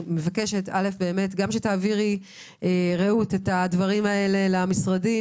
אני מבקשת שתעבירי את הדברים האלה למשרדים